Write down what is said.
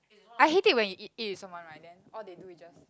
I hate it when you eat eat with someone right then all they do is just